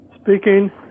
Speaking